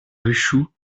ruchoux